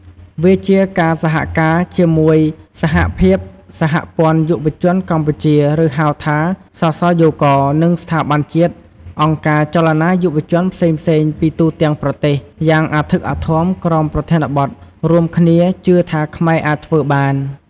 វាជាការសហការជាមួយសហភាពសហព័ន្ធយុវជនកម្ពុជា ឬហៅថា សសយក និងស្ថាប័នជាតិ អង្គការ ចលនាយុវជនផ្សេងៗពីទូទាំងប្រទេស យ៉ាងអធិកអធមក្រោមប្រធានបទ «រួមគ្នាជឿថាខ្មែរអាចធ្វើបាន» ។